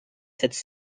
cette